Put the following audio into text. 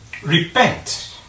repent